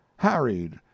harried